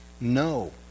No